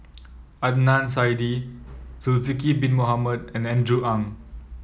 Adnan Saidi Zulkifli Bin Mohamed and Andrew Ang